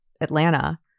Atlanta